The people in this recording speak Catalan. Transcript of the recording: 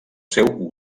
seu